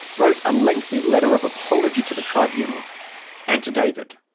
wrote a lengthy letter of apology to the tribunal and to david.